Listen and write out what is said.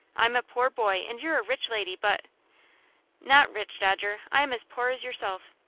i'm a poor boy, and you're a rich lady, but not rich, dodger. i am as poor as yourself.